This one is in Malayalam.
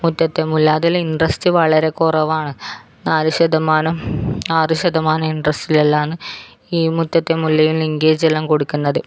മുറ്റത്തെ മുല്ല അതിൽ ഇൻട്രസ്റ്റ് വളരെ കുറവാണ് നാല് ശതമാനം ആറ് ശതമാനം ഇൻട്രസ്റ്റിൽ എല്ലാമാണ് ഈ മുറ്റത്തെ മുല്ലയും ലിങ്കേജ് എല്ലാം കൊടുക്കുന്നത്